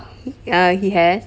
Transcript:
as compared to the fish